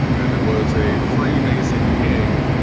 and it was a freemason king